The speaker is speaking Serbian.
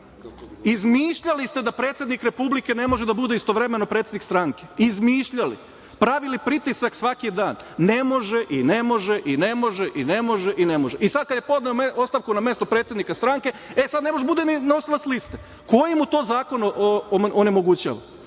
Izmišljali ste da predsednik Republike ne može da bude istovremeno predsednik stranke, izmišljali. Pravili pritisak svaki dan, ne može i ne može i ne može. I, sada kada je podneo ostavku na mesto predsednika stranke, e sada ne može da bude ni nosilac liste. Koji mu to zakon onemogućava?